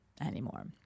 anymore